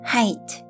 Height